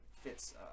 fits